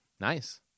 Nice